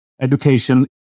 education